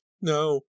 No